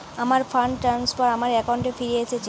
আমার fund transfer আমার অ্যাকাউন্টে ফিরে এসেছে